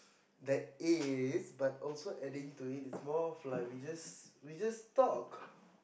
that is but also adding to it its more of like we just we just talk